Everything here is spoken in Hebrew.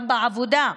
גם בעבודה,